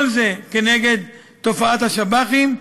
כל זה כנגד תופעת השב"חים,